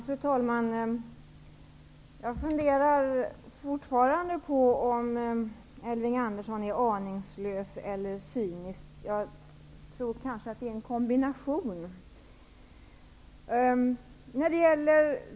Fru talman! Jag funderar fortfarande på om Elving Andersson är aningslös eller cynisk. Det kanske är en kombination av bådadera.